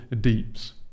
deeps